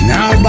Now